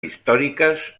històriques